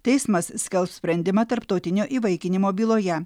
teismas skelbs sprendimą tarptautinio įvaikinimo byloje